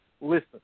listen